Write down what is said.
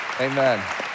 Amen